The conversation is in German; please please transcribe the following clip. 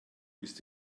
ist